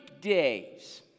days